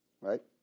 Right